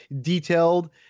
detailed